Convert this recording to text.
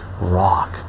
rock